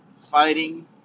fighting